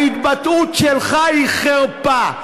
ההתבטאות שלך היא חרפה.